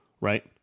right